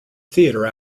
theatre